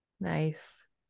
Nice